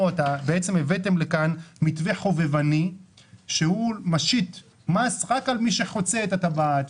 הבאתם לכאן מתווה חובבני שמשית מס רק על מי שחוצה את הטבעת,